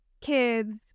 kids